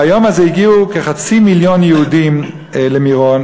ביום הזה הגיעו כחצי מיליון יהודים למירון,